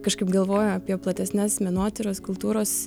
kažkaip galvoju apie platesnes menotyros kultūros